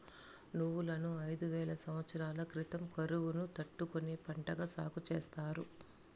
నువ్వులను ఐదు వేల సమత్సరాల క్రితం కరువును తట్టుకునే పంటగా సాగు చేసారు